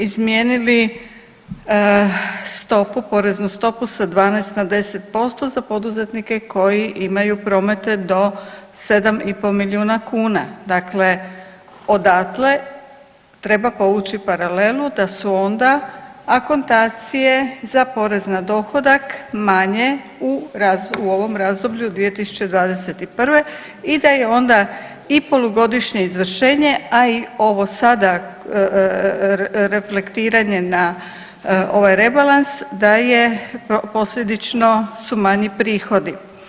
Izmijenili stopu, poreznu stopu sa 12 na 10% za poduzetnike koji imaju promete do 7,5 milijuna kuna, dakle odatle treba povući paralelu da su onda akontacije za porez na dohodak manje u ovom razdoblju 2021. i da je onda i polugodišnje izvršenje, a i ovo sada reflektiranje na ovaj rebalans da je, posljedično su manji prihodi.